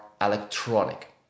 electronic